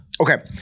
Okay